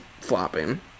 flopping